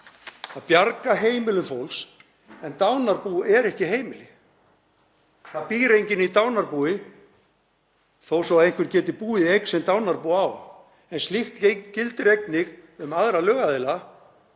að bjarga heimilum fólks en dánarbú eru ekki heimili. Það býr enginn í dánarbúi þó svo að einhver geti búið í eign sem dánarbú á. Slíkt gildir einnig um aðra lögaðila